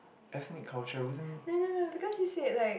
ethnic culture I wouldn't